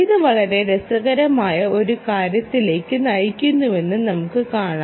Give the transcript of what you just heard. ഇത് വളരെ രസകരമായ ഒരു കാര്യത്തിലേക്ക് നയിക്കുന്നുവെന്ന് നമുക്ക് കാണാം